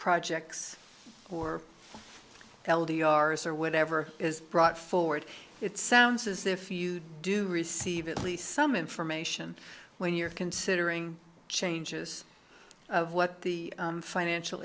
projects or l d r or whatever is brought forward it sounds as if you do receive at least some information when you're considering changes of what the financial